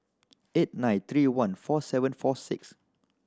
eight nine three one four seven four six